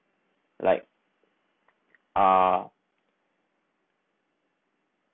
like ah